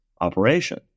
operation